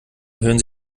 hören